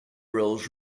rolls